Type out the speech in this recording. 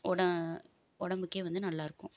ஒட உடம்புக்கே வந்து நல்லாயிருக்கும்